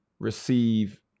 Receive